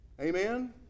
Amen